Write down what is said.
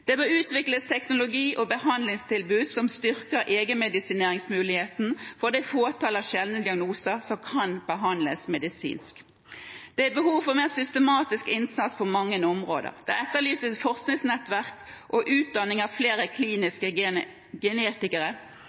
Det bør utvikles teknologi og behandlingstilbud som styrker egenmedisineringsmuligheten for det fåtall av sjeldne diagnoser som kan behandles medisinsk. Det er behov for mer systematisk innsats på mange områder. Det etterlyses forskningsnettverk og utdanning av flere kliniske genetikere.